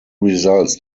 results